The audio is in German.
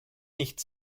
nicht